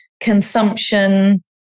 consumption